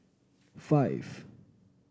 five